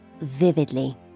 vividly